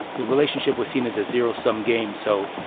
the relationship was seen as a zero-sum game. so.